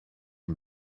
une